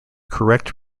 correct